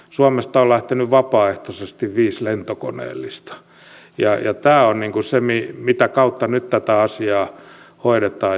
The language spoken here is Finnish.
suomesta on lähtenyt vapaaehtoisesti viisi lentokoneellista ja tämä on se mitä kautta nyt tätä asiaa hoidetaan